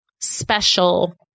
special